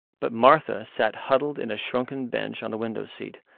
but martha sat huddled in a shrunken bunch on the window seat,